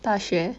大学